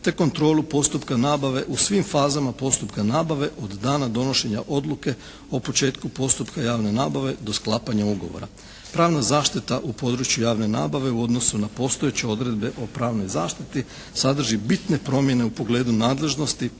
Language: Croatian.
te kontrolu postupka nabave u svim fazama postupka nabave od dana donošenja odluke o početku postupka javne nabave do sklapanja ugovora. Pravna zaštita u području javne nabave u odnosu na postojeće odredbe o pravnoj zaštiti sadrži bitne promjene u pogledu nadležnosti,